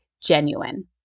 genuine